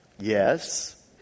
Yes